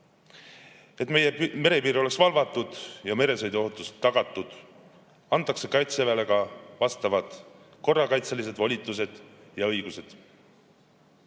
Et meie merepiir oleks valvatud ja meresõiduohutus tagatud, antakse Kaitseväele ka vastavad korrakaitselised volitused ja õigused. Üks